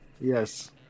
Yes